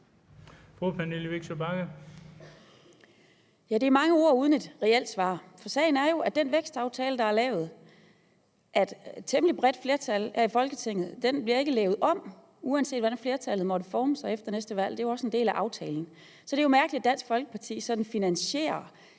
Det var mange ord uden et reelt svar, for sagen er jo, at den vækstaftale, der er lavet af et temmelig bredt flertal her i Folketinget, ikke bliver lavet om, uanset hvordan flertallet måtte forme sig efter næste valg, det er jo også en del af aftalen. Så det er jo mærkeligt, at Dansk Folkeparti sådan finansierer